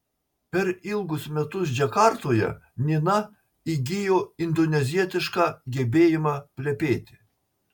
per ilgus metus džakartoje nina įgijo indonezietišką gebėjimą plepėti